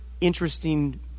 interesting